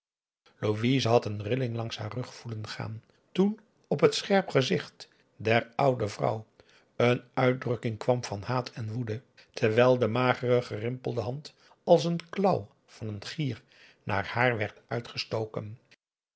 louise had een rilling langs haar rug voelen gaan toen op het scherp gezicht der oude vrouw een uitdrukking kwam van haat en woede terwijl de magere gerimpelde hand als de klauw van een gier naar haar werd uitgestoken